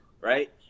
right